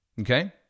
Okay